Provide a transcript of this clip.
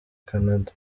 canada